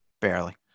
Barely